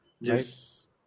Yes